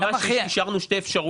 יש לך 2,000?